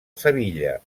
sevilla